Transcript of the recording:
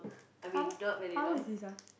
how long how long is this ah